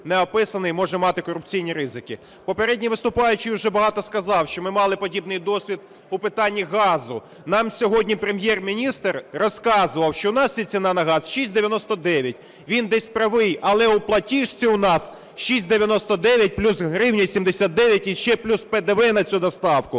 не описаний, може мати корупційні ризики. Попередній виступаючий вже багато сказав, що ми мали подібний досвід у питанні газу. Нам сьогодні Прем’єр-міністр розказував, що в нас є ціна на газ 6,99. Він десь правий, але у платіжці у нас: 6,99 плюс гривня 79 і ще плюс ПДВ на цю доставку,